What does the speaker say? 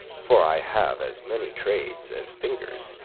for i have as many trades as fingers,